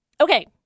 Okay